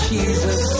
Jesus